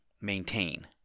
maintain